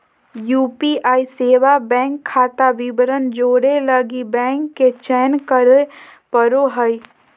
UPI सेवा bank खाता विवरण जोड़े लगी बैंक के चयन करे पड़ो हइ